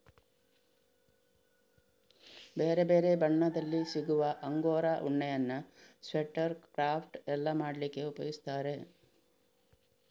ಬೇರೆ ಬೇರೆ ಬಣ್ಣದಲ್ಲಿ ಸಿಗುವ ಅಂಗೋರಾ ಉಣ್ಣೆಯನ್ನ ಸ್ವೆಟರ್, ಕ್ರಾಫ್ಟ್ ಎಲ್ಲ ಮಾಡ್ಲಿಕ್ಕೆ ಉಪಯೋಗಿಸ್ತಾರೆ